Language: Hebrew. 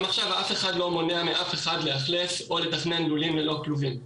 גם עכשיו אף אחד לא מונע מאף אחד לאכלס או לתכנן לולים ללא כלובים.